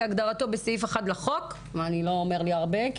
כהגדרתו בסעיף 1 לחוק זה לא אומר לי הרבה.